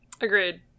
agreed